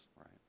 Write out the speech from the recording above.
Right